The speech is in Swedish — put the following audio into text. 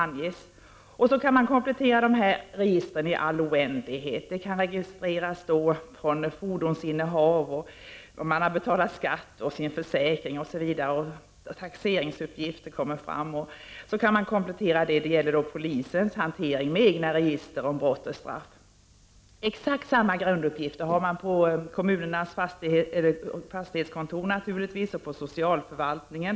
Polisen kan sedan i all oändlighet komplettera sitt register över brott och straff med uppgifter från andra register om fordonsinnehav, om man betalat skatt och försäkring, taxeringsuppgifter osv. Exakt samma grunduppgifter finns hos kommunens fastighetskontor och på socialförvaltningen.